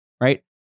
right